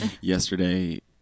yesterday